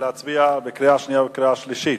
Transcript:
להצביע בקריאה שנייה ובקריאה שלישית.